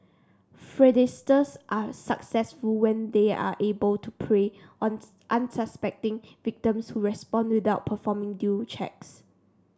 fraudsters are successful when they are able to prey on unsuspecting victims who respond without performing due checks